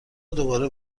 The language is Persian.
دوباره